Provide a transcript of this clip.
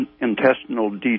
intestinal